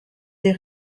des